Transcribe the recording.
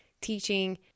teaching